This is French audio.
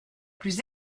plus